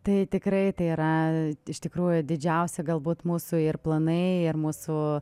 tai tikrai tai yra iš tikrųjų didžiausi galbūt mūsų ir planai ir mūsų